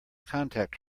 contact